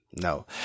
No